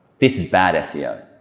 this is bad seo.